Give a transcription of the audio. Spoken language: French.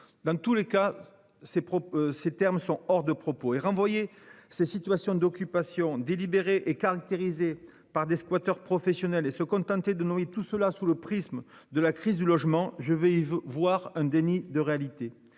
dans tous les cas, ces propos ces termes sont hors de propos et renvoyé ces situations d'occupation délibéré est caractérisé par des squatters professionnels et se contenter de noyer tout cela sous le prisme de la crise du logement. Je vais voir un déni de réalité.